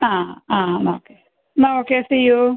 ആ ആ എന്നാൽ ഓക്കെ എന്നാൽ ഓക്കെ സീ യു